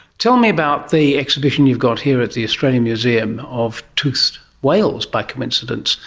tell me about the exhibition you've got here at the australian museum of toothed whales, by coincidence.